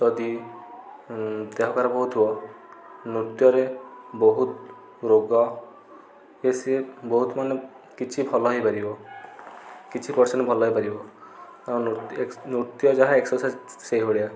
ଯଦି ଦେହ ଖରାପ ହେଉଥିବ ନୃତ୍ୟରେ ବହୁତ ରୋଗ ଏ ସିଏ ବହୁତ ମାନେ କିଛି ଭଲ ହୋଇପାରିବ କିଛି ପରସେଣ୍ଟ୍ ଭଲ ହେଇପାରିବ ତାଙ୍କ ନୃତ୍ୟ ଏକ୍ସ ନୃତ୍ୟ ଯାହା ଏକ୍ସରସାଇଜ୍ ସେହିଭଳିଆ